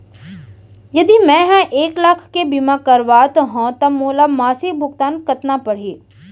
यदि मैं ह एक लाख के बीमा करवात हो त मोला मासिक भुगतान कतना पड़ही?